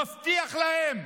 הוא מבטיח להם,